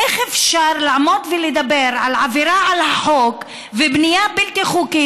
איך אפשר לעמוד ולדבר על עבירה על החוק ובנייה בלתי חוקית